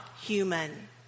human